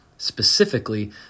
Specifically